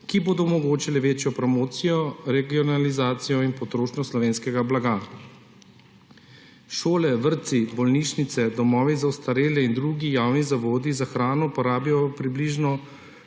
ki bodo omogočile večjo promocijo, regionalizacijo in potrošnjo slovenskega blaga. Šole, vrtci, bolnišnice, domovi za ostarele in drugi javni zavodi za hrano porabijo približno